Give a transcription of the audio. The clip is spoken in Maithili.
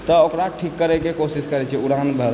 तऽ ओकरा ठीक करयके कोशिश करैत छियै उड़ान भर